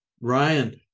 Ryan